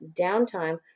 downtime